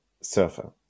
Surfer